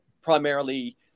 primarily